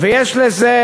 ויש לזה